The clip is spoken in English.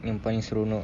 yang paling seronok